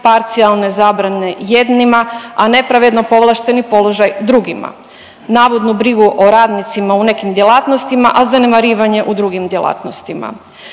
parcijalne zabrane jednima, a nepravedno povlašteni položaj drugima, navodnu brigu o radnicima u nekim djelatnostima, a zanemarivanje u drugim djelatnostima.